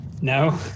No